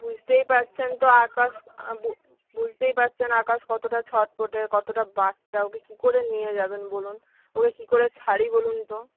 বুঝতেই পারছেন তো আকাশ বুঝতেই পাচ্ছেন আকাশ কতোটা ছটপটে কতোটা বাচ্চা ওকে কি করে নিয়ে যাবেন বলুন ওকে কি করে ছাড়ি বলুন তো